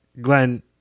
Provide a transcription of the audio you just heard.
Glenn